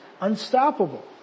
unstoppable